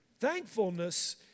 Thankfulness